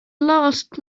last